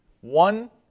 One